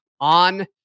on